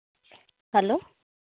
hello